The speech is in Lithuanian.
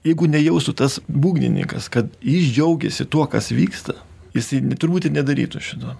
jeigu ne jaustų tas būgnininkas kad jis džiaugiasi tuo kas vyksta jisai turbūt ir nedarytų šito